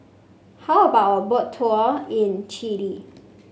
how about a Boat Tour in Chile